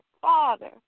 Father